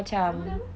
nama dia apa